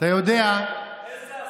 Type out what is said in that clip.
איזה הסתה עלובה.